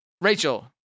Rachel